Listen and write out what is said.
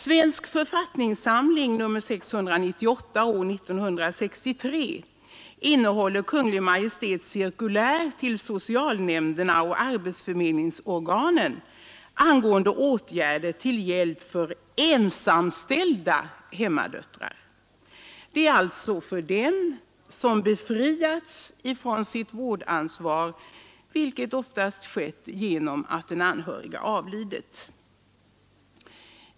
Svensk författningssamling nr 698 år 1963 innehåller Kungl. Maj:ts cirkulär till socialnämnderna och arbetsförmedlingsorganen angående åtgärder till hjälp för ensamställda hemmadöttrar, alltså för dem som befriats från sitt vårdansvar, vilket oftast skett genom att den anhöriga avlidit.